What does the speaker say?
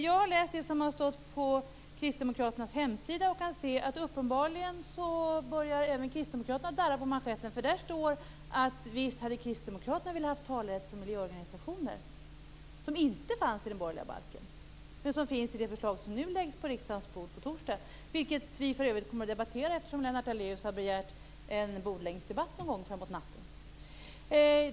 Jag har läst det som står på Kristdemokraternas hemsida och kan se att även de uppenbarligen börjar darra på manschetten. Det står där att Kristdemokraterna visst ville ha haft talerätt för miljöorganisationer. Det fanns inte i den borgerliga balken, men det finns i det förslag som läggs på riksdagens bord på torsdag. Det kommer vi för övrigt att få debattera, eftersom Lennart Daléus har begärt en bordläggningsdebatt, som väl kommer någon gång framåt natten.